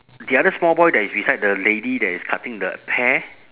the other small boy that is beside the lady that is cutting the hair